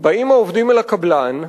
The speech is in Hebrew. באים העובדים אל הקבלן,